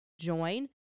join